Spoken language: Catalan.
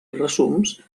resums